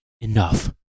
Enough